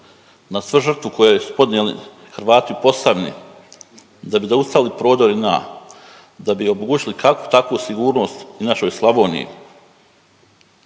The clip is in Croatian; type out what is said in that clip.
na svu žrtvu koju su podnijeli Hrvati u Posavini, da bi zaustavili prodore JNA, da bi omogućili kakvu takvu sigurnost i našoj Slavoniji.